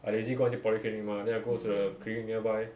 I lazy go until polyclinic mah then I go to the clinic nearby